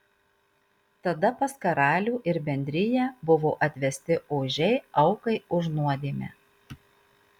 tada pas karalių ir bendriją buvo atvesti ožiai aukai už nuodėmę